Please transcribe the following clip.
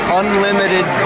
unlimited